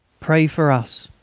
pray for us,